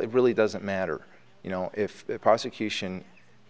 it really doesn't matter you know if the prosecution